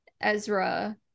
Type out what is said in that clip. Ezra